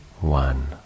one